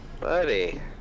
Buddy